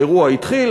האירוע התחיל,